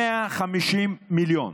150 מיליון.